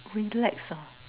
relax ah